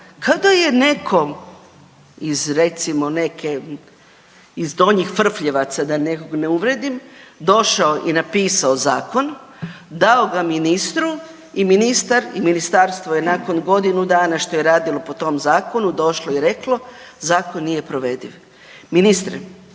kada je nekom iz recimo neke iz Donjih Frfljevaca da nekog ne uvredim, došao i napisao zakon, dao ga ministru i ministar i ministarstvo je nakon godinu dana što je radilo po tom zakonu došlo i reklo zakon nije provediv. Ministre,